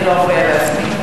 אני לא אפריע לעצמי?